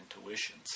intuitions